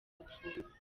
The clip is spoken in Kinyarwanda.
apfuye